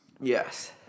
Yes